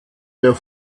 der